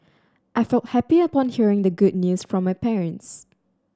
I felt happy upon hearing the good news from my parents